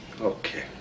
Okay